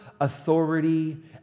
authority